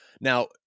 Now